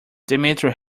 dmitry